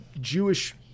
Jewish